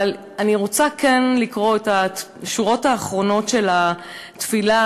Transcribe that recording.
אבל אני רוצה כן לקרוא את השורות האחרונות של התפילה,